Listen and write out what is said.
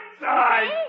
side